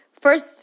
First